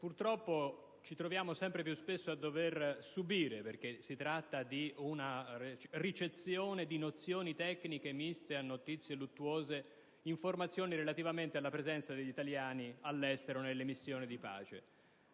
purtroppo ci troviamo sempre più spesso a dover subire, trattandosi di una ricezione di nozioni tecniche miste a notizie luttuose, informazioni relativamente alla presenza degli italiani all'estero nelle missioni di pace.